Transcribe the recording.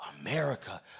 America